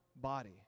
body